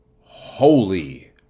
holy